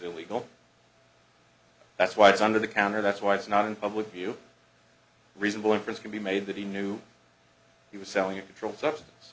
illegal that's why it's under the counter that's why it's not in public view reasonable inference can be made that he knew he was selling a controlled substance